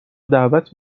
دعوت